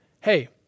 hey